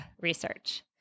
research